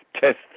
test